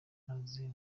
meze